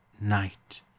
night